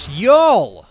y'all